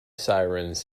sirens